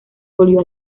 volvió